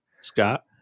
Scott